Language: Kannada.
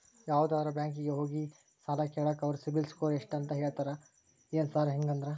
ಯಾವದರಾ ಬ್ಯಾಂಕಿಗೆ ಹೋಗ್ಲಿ ಸಾಲ ಕೇಳಾಕ ಅವ್ರ್ ಸಿಬಿಲ್ ಸ್ಕೋರ್ ಎಷ್ಟ ಅಂತಾ ಕೇಳ್ತಾರ ಏನ್ ಸಾರ್ ಹಂಗಂದ್ರ?